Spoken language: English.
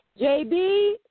JB